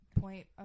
point